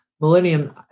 millennium